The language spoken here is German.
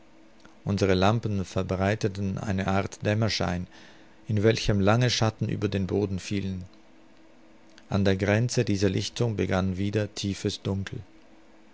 unsere lampen verbreiteten eine art dämmerschein in welchem lange schatten über den boden fielen an der grenze dieser lichtung begann wieder tiefes dunkel